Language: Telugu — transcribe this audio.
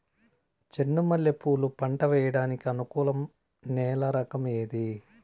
చెండు మల్లె పూలు పంట సేయడానికి అనుకూలం నేల రకం ఏది